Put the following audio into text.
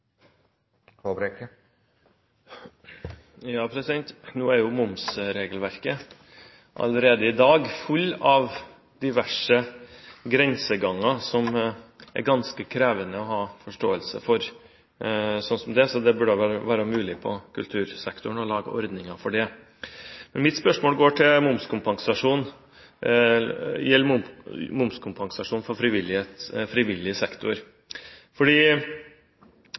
jo allerede i dag fullt av diverse grenseganger som det er ganske krevende å forstå, slik det er. Det burde være mulig på kultursektoren å lage ordninger for det. Mitt spørsmål gjelder momskompensasjon for frivillig sektor. Da den forrige kulturministeren, Trond Giske, sendte et brev til